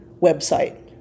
website